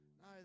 No